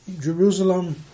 Jerusalem